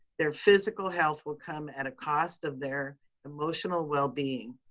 their physical health will come at a cost of their emotional well-being.